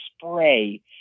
spray